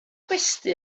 gwesty